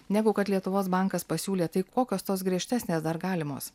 negu kad lietuvos bankas pasiūlė tai kokios tos griežtesnės dar galimos